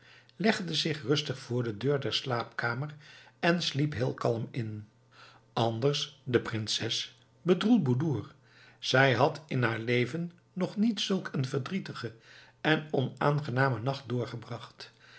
legde zich rustig voor de deur der slaapkamer en sliep heel kalm in anders de prinses bedroelboedoer zij had in haar leven nog niet zulk een verdrietigen en onaangenamen nacht doorgebracht